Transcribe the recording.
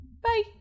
bye